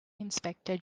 inspector